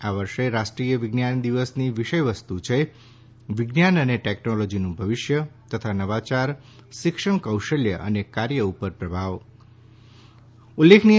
આ વર્ષે રાષ્ટ્રીય વિજ્ઞાન દિવસની વિષય વસ્તુ છે વિજ્ઞાન અને ટેકનોલોજીનું ભવિષ્ય તથા નવાચાર શિક્ષણ કૌશલ્ય અને કાર્ય ઉપર પ્રભાવ